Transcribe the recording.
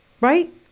Right